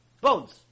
Bones